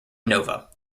nova